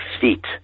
feet